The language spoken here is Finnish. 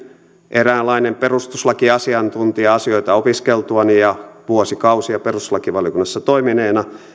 eräänlainen perustuslakiasiantuntija asioita opiskeltuani ja vuosikausia perustuslakivaliokunnassa toimineena